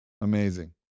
amazing